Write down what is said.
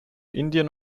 indien